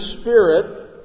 spirit